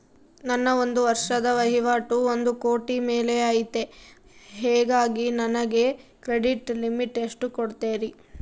ನನ್ನ ಒಂದು ವರ್ಷದ ವಹಿವಾಟು ಒಂದು ಕೋಟಿ ಮೇಲೆ ಐತೆ ಹೇಗಾಗಿ ನನಗೆ ಕ್ರೆಡಿಟ್ ಲಿಮಿಟ್ ಎಷ್ಟು ಕೊಡ್ತೇರಿ?